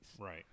Right